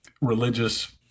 religious